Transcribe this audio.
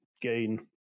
gain